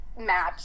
match